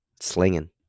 slinging